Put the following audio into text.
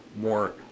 more